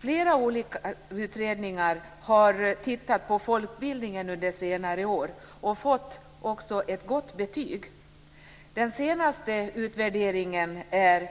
Flera olika utredningar har tittat på folkbildningen under senare år som fått ett gott betyg. Den senaste utvärderingen är